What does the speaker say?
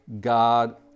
God